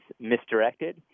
misdirected